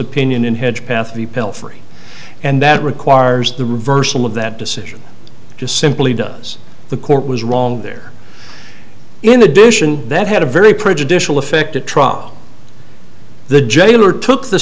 pelphrey and that requires the reversal of that decision just simply does the court was wrong there in addition that had a very prejudicial effect a trial the jailer took the